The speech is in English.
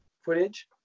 footage